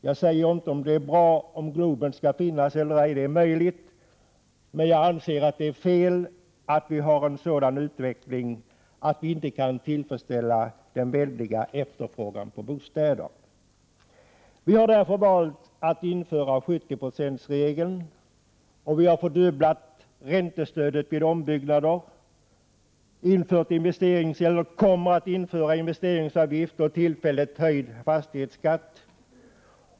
Jag säger inte att det är positivt eller negativt att Globen finns, men det är fel att vi har en utveckling som leder till att vi inte kan tillfredsställa den väldiga efterfrågan på bostäder. Vi har därför valt att införa 70-procentsregeln, och vi har fördubblat räntestödet vid ombyggnader. Vi kommer att införa investeringsavgifter och tillfälligt höjd fastighetsskatt.